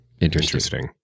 interesting